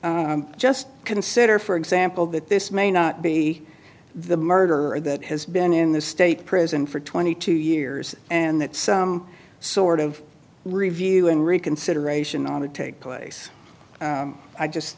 case just consider for example that this may not be the murderer that has been in the state prison for twenty two years and that some sort of reviewing reconsideration on that take place i just